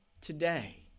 today